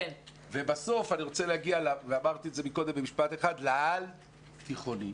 אני רוצה להגיע לעל-תיכוני.